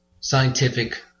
scientific